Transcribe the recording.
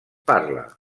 parla